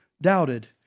doubted